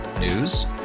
News